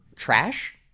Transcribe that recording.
trash